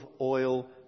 oil